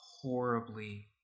horribly